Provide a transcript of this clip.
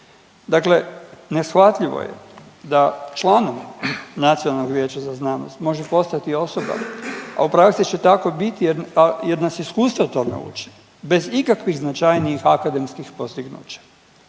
Dakle, neshvatljivo je da član Nacionalnog vijeća za znanost može postati osoba, a u praksi će tako biti, jer nas iskustvo tome uči bez ikakvih značajnijih akademskih postignuća.